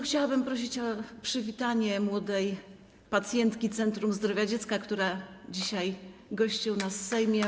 Chciałabym prosić o przywitanie młodej pacjentki Centrum Zdrowia Dziecka, która dzisiaj gości u nas w Sejmie.